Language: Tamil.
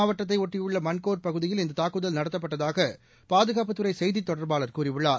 மாவட்டத்தையொட்டியுள்ளமன்கோட் பகுதியில் இந்ததாக்குதல் பூஞ்ச் நடத்தப்பட்டதாகபாதுகாப்புத்துறைசெய்தித் தொடர்பாளர் கூறியுள்ளார்